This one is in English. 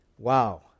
Wow